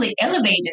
elevated